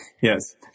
Yes